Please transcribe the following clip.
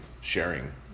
sharing